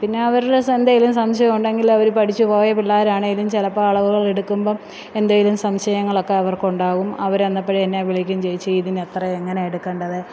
പിന്നെ അവരുടെ സ് എന്തേലും സംശയം ഉണ്ടെങ്കിൽ അവര് പഠിച്ച് പോയ പിള്ളേരാണെങ്കിലും ചിലപ്പോൾ അളവുകളെടുക്കുമ്പം എന്തേലും സംശയങ്ങളൊക്കെ അവർക്ക് ഉണ്ടാകും അവര് അന്ന് അപ്പഴ് എന്നെ വിളിക്കും ചേച്ചീ ഇതിനെത്രയാണ് എങ്ങനെയാണ് എടുക്കേണ്ടത്